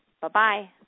Bye-bye